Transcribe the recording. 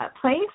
place